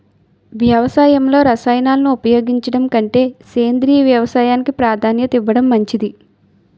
వ్యవసాయంలో రసాయనాలను ఉపయోగించడం కంటే సేంద్రియ వ్యవసాయానికి ప్రాధాన్యత ఇవ్వడం మంచిది